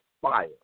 fire